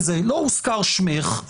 לא הוזכר שמך,